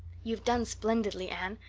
you've done splendidly, anne.